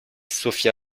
sophia